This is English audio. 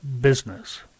business